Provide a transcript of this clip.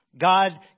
God